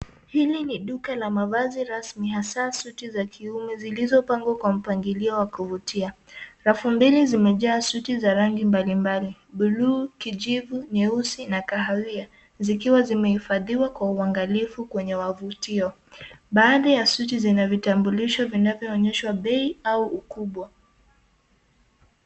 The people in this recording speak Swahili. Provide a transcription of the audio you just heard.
Hili ni duka la mavazi rasmi hasa suti za kiume zilizopangwa kwa mpangilio wa kuvutia. Rafu mbili zime jaa suti za rangi mbalimbali bluu, kijivu, nyeusi na kahawia zikiwa zime hifadhiwa kwa uangalifu kwenye wavutio. Baadhi ya suti zina vitambulisho vinavyo onyeshwa bei au ukubwa.